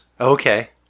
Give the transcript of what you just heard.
Okay